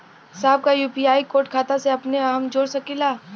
साहब का UPI code खाता से अपने हम जोड़ सकेला?